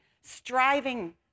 striving